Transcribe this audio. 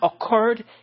occurred